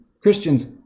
Christians